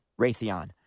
Raytheon